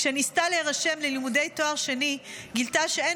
כשניסתה להירשם ללימודי תואר שני גילתה שאין